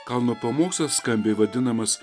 kalno pamokslas skambiai vadinamas